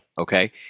Okay